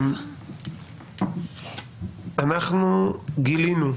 אנחנו גילינו,